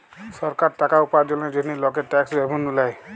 সরকার টাকা উপার্জলের জন্হে লকের ট্যাক্স রেভেন্যু লেয়